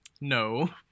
no